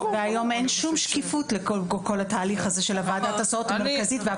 והיום אין שום שקיפות לכל התהליך הזה של ועדת ההסעות המרכזית.